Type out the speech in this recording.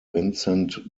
vincent